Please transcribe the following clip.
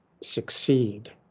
succeed